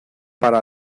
para